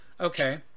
okay